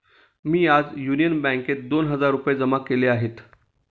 मी आज युनियन बँकेत दोन हजार रुपये जमा केले आहेत